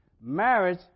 Marriage